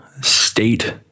state